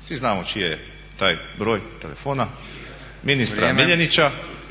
Svi znamo čiji je taj broj telefona, ministra Miljenića